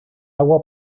agua